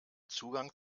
zugang